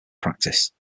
practice